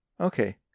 Okay